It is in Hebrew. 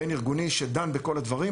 בין-ארגוני, שדן בכל הדברים.